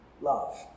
love